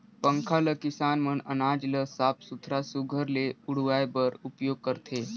पंखा ल किसान मन अनाज ल साफ सुथरा सुग्घर ले उड़वाए बर उपियोग करथे